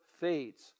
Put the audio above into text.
fades